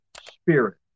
spirit